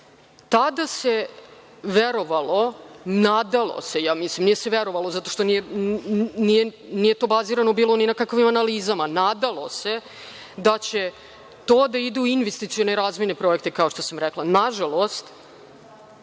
Tada se verovalo, nadalo se ja mislim, nije se verovalo zato što nije to bazirano bilo na nikakvim analizama, nadalo se da će to ide u investicioni razvojni projekte kao što sam rekla. Nažalost,